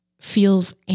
feels